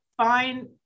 Fine